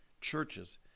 churches